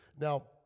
Now